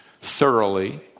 thoroughly